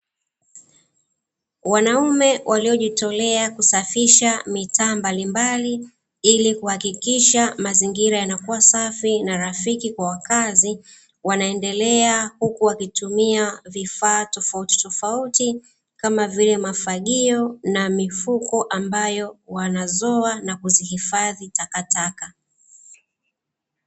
Wanaume waliojitolea kusafisha mitaa mbalimbali ili kuhakikisha mazingira yanakuwa safi na rafiki kwa wakazi, wanaendelea huku wakitumia vifaa tofauti tofauti, kama vile mafagio na mifuko ambayo wanazoa na kuzihifadhi takataka.